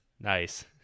Nice